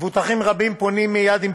בקריאה ראשונה.